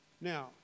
now